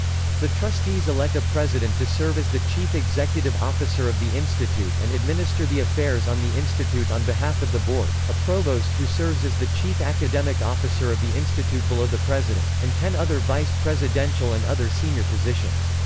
the trustees elect a president to serve as the chief executive officer of the institute and administer the affairs on the institute on behalf of the board, a provost who serves as the chief academic officer of the institute below the president, and ten other vice presidential and other senior positions.